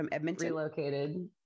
relocated